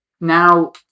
Now